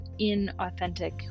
inauthentic